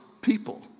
people